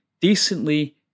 decently